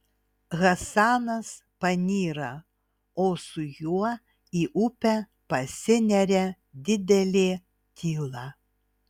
hasanas panyra o su juo į upę pasineria didelė tyla